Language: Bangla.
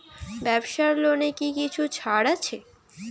ব্যাবসার লোনে কি কিছু ছাড় আছে?